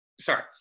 sorry